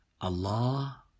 Allah